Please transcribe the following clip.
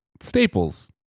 Staples